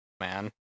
man